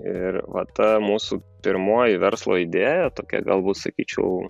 ir va ta mūsų pirmoji verslo idėja tokia galbūt sakyčiau